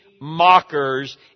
mockers